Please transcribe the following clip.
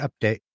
update